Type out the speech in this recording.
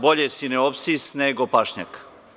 Bolje sineopsis nego pašnjak.